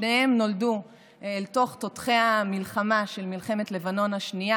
שניהם נולדו אל תוך תותחי המלחמה של מלחמת לבנון השנייה,